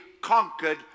conquered